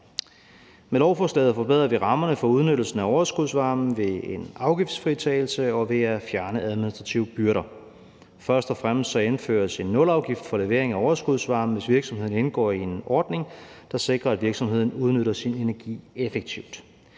Med lovforslaget forbedrer vi rammerne for udnyttelsen af overskudsvarmen ved en afgiftsfritagelse og ved at fjerne administrative byrder. Først og fremmest indføres en nulafgift for levering af overskudsvarme, hvis virksomheden indgår i en ordning, der sikrer, at virksomheden udnytter sin energi effektivt.